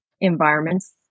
environments